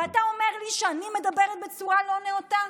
ואתה אומר לי שאני מדברת בצורה לא נאותה?